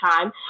time